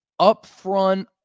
upfront